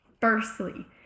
Firstly